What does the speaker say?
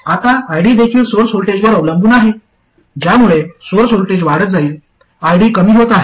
आता ID देखील source व्होल्टेजवर अवलंबून आहे ज्यामुळे सोर्स व्होल्टेज वाढत जाईल ID कमी होत आहे